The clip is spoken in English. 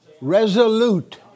Resolute